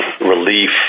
relief